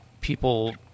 people